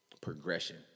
progression